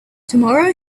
tomorrow